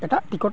ticket